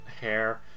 Hair